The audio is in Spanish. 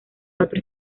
cuatro